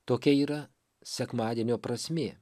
tokia yra sekmadienio prasmė